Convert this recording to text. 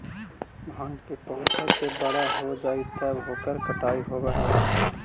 भाँग के पौधा जब बड़ा हो जा हई त ओकर कटाई होवऽ हई